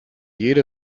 jede